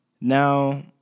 Now